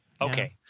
Okay